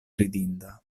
ridinda